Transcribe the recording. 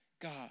God